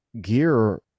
gear